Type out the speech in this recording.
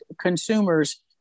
consumers